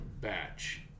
batch